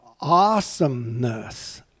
awesomeness